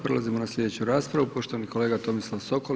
Prelazimo na sljedeću raspravu, poštovani kolega Tomislav Sokol.